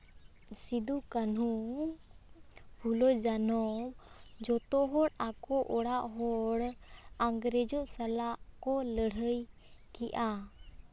ᱥᱤᱫᱩ ᱠᱟᱹᱱᱦᱩ ᱯᱷᱩᱞᱳ ᱡᱷᱟᱱᱳ ᱡᱚᱛᱚᱦᱚᱲ ᱟᱠᱚ ᱚᱲᱟᱜ ᱦᱚᱲ ᱤᱝᱨᱮᱡᱽ ᱥᱟᱞᱟᱜ ᱠᱚ ᱞᱟᱹᱲᱦᱟᱹᱭ ᱠᱮᱜᱼᱟ